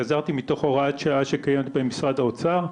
גזרתי מתוך הוראת שעה שקיימת במשרד האוצר,